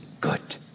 good